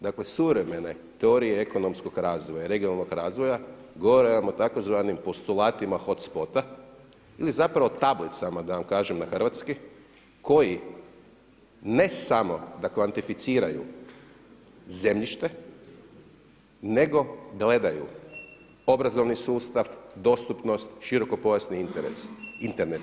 Dakle, suvremene teorije ekonomskog razvoja, regionalnog razvoja govore vam o tzv. postulatima hot spota ili zapravo tablicama da vam kažem na hrvatski koji ne samo da kvantificiraju zemljište, nego gledaju obrazovni sustav, dostupnost, širokopojasni Internet.